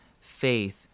faith